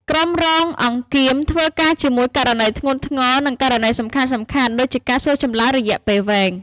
ក្រុមរងអង្គៀម ធ្វើការជាមួយ ករណីធ្ងន់ធ្ងរ និងករណីសំខាន់ៗ ដូចជាការសួរចម្លើយរយៈពេលវែង។